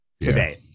today